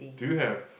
do you have